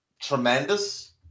tremendous